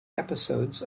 episodes